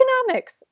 economics